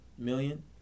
Million